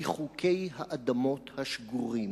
מחוקי האדמות השגורים.